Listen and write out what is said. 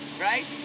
right